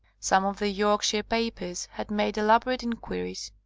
some of the yorkshire papers had made elaborate inquiries,